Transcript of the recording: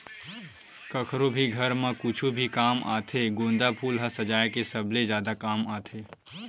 कखरो भी घर म कुछु भी काम आथे गोंदा फूल ह सजाय के सबले जादा काम आथे